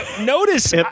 Notice